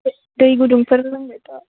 दै गुदुंफोर लोंबाय था